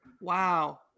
Wow